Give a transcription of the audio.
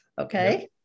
okay